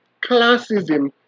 Classism